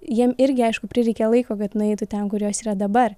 jiem irgi aišku prireikė laiko kad nueitų ten kur jos yra dabar